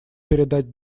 передать